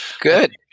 good